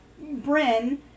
Bryn